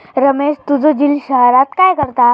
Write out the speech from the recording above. रमेश तुझो झिल शहरात काय करता?